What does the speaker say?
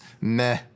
meh